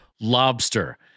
lobster